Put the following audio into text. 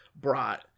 brought